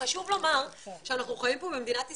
חשוב לומר שאנחנו חיים פה במדינת ישראל,